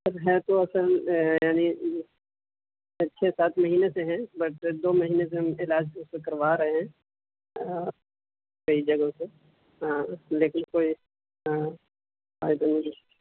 سر ہیں تو اصل یعنی چھ سات مہینے سے ہیں بٹ دو مہینے سے ہم علاج ویسے کروا رہے ہیں کئی جگہوں سے ہاں لیکن کوئی